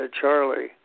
Charlie